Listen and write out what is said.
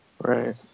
Right